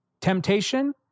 Temptation